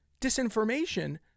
disinformation